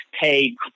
pay